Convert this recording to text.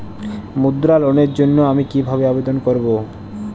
মুদ্রা লোনের জন্য আমি কিভাবে আবেদন করবো?